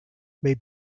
may